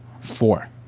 four